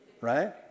right